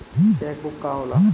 Check book का होला?